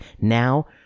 now